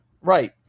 Right